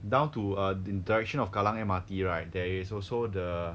down to err the direction of kallang M_R_T right there is also the